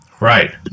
Right